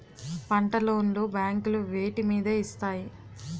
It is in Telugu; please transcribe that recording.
పంట లోన్ లు బ్యాంకులు వేటి మీద ఇస్తాయి?